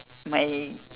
my